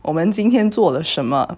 我们今天做了什么